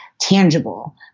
tangible